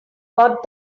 got